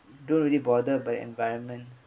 don't really bothered by environment